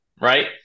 right